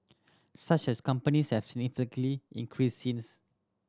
such as companies have significantly increased since